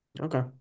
Okay